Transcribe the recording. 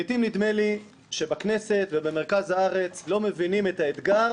לעתים נדמה לי שבכנסת ובמרכז הארץ לא מבינים את האתגר